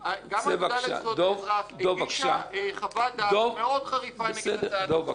גם האגודה לזכויות האזרח הגישה חוות דעת מאוד חריפה נגד הצעת החוק הזו.